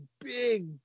big